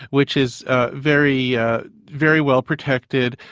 which is ah very ah very well protected,